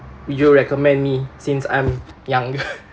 you recommend me since I'm younger